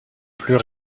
plus